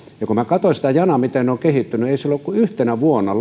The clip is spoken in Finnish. kun katsoin sitä janaa miten ne ovat kehittyneet ei siellä ole kuin yhtenä vuonna